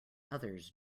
others